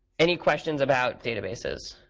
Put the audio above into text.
any questions about databases,